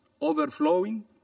overflowing